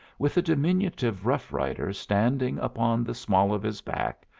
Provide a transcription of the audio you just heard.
with a diminutive rough-rider standing upon the small of his back,